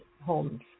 homes